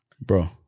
Bro